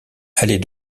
allait